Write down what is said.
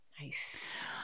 Nice